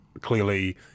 clearly